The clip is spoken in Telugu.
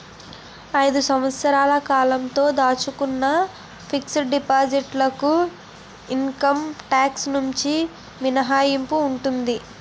ఐదు సంవత్సరాల కాలంతో దాచుకున్న ఫిక్స్ డిపాజిట్ లకు ఇన్కమ్ టాక్స్ నుంచి మినహాయింపు ఉంటుంది